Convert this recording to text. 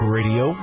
Radio